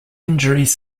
injuries